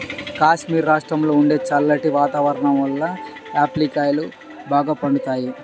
కాశ్మీరు రాష్ట్రంలో ఉండే చల్లటి వాతావరణం వలన ఆపిల్ కాయలు బాగా పండుతాయి